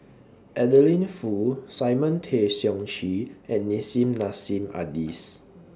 Adeline Foo Simon Tay Seong Chee and Nissim Nassim Adis